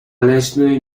leśnej